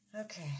Okay